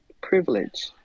Privilege